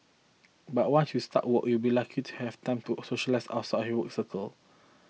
but once you start work you'll be lucky to have time to socialise outside work circle